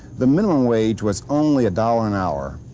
the minimum wage was only a dollar an hour.